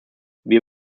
wir